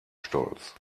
stolz